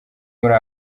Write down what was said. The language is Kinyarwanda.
muri